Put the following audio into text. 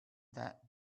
that